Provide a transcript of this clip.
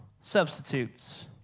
substitutes